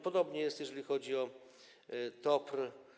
Podobnie jest, jeżeli chodzi o TOPR.